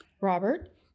Robert